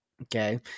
Okay